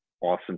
awesome